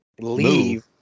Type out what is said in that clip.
leave